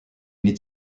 need